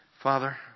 Father